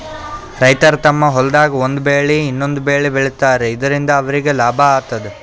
ರೈತರ್ ತಮ್ಮ್ ಹೊಲ್ದಾಗ್ ಒಂದ್ ಬೆಳಿ ಇನ್ನೊಂದ್ ಬೆಳಿ ಬೆಳಿತಾರ್ ಇದರಿಂದ ಅವ್ರಿಗ್ ಲಾಭ ಆತದ್